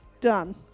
Done